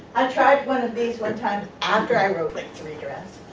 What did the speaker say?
i tried one of these one time after i wrote like three drafts